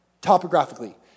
topographically